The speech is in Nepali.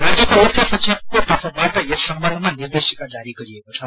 राज्यको मुख्य सचिवको तर्फबाअ यस सम्बन्धमा निद्रेश्क्रि जारी गरिएको छ